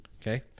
Okay